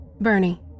Bernie